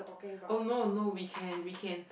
oh no no we can we can